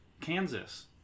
Kansas